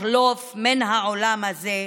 לחלוף מן העולם הזה,